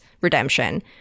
redemption